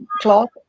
cloth